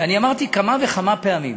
ואני אמרתי כמה וכמה פעמים,